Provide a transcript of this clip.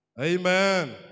Amen